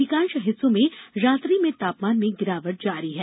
अधिकांश हिस्सों में रात्रि में तापमान में गिरावट जारी है